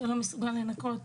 לנקות,